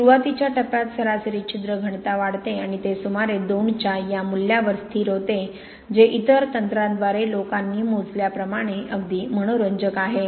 सुरुवातीच्या टप्प्यात सरासरी छिद्र घनता वाढते आणि ते सुमारे 2 च्या या मूल्यावर स्थिर होते जे इतर तंत्रांद्वारे लोकांनी मोजल्याप्रमाणे अगदी मनोरंजक आहे